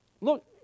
Look